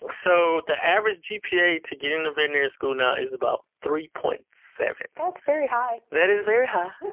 so the average gpa to get into veterinary school now is about three point seven. that's very high. that is very high.